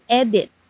edit